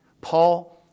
Paul